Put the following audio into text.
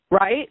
Right